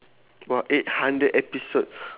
!wah! eight hundred episode